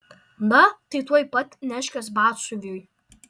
na tai tuoj pat nešk juos batsiuviui